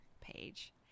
page